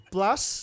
Plus